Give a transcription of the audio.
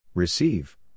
Receive